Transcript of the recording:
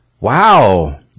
wow